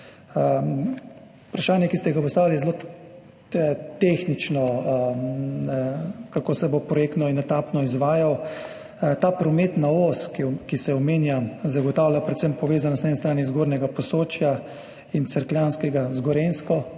Vprašanje, ki ste ga postavili, je zelo tehnično – kako se bo projektno in etapno izvajal. Ta prometna os, ki se omenja, zagotavlja predvsem povezanost na eni strani Zgornjega Posočja in Cerkljanskega z Gorenjsko,